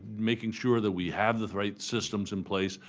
making sure that we have the right systems in place.